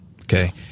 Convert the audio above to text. okay